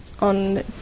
on